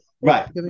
right